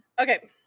Okay